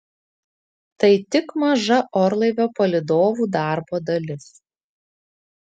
tai tik maža orlaivio palydovų darbo dalis